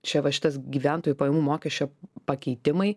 čia va šitas gyventojų pajamų mokesčio pakeitimai